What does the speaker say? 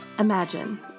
Imagine